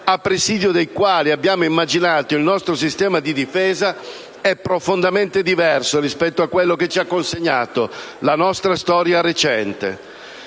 a presidio dei quali abbiamo immaginato il nostro sistema di difesa, è profondamente diverso rispetto a quello che ci ha consegnato la nostra storia recente.